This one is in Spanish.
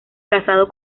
casado